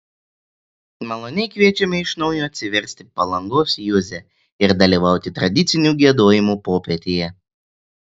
maloniai kviečiame iš naujo atsiversti palangos juzę ir dalyvauti tradicinių giedojimų popietėje